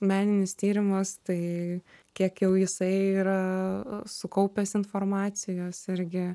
meninis tyrimas tai kiek jau jisai yra sukaupęs informacijos irgi